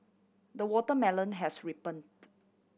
the watermelon has ripened